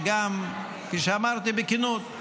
כפי שאמרתי בכנות,